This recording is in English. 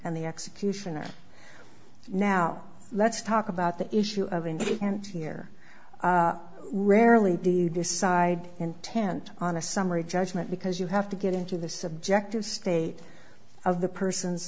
and the executioner now let's talk about the issue of independence here rarely do you decide intent on a summary judgment because you have to get into the subjective state of the person's